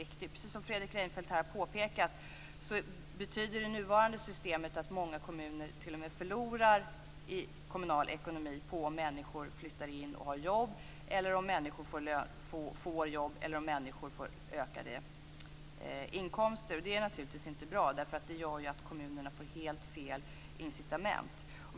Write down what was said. Precis som Fredrik Reinfeldt påpekade här, betyder det nuvarande systemet att många kommuner t.o.m. förlorar ekonomiskt på att människor flyttar in och har jobb, får jobb eller får ökade inkomster. Det är naturligtvis inte bra, därför att det gör att kommunerna får helt fel incitament.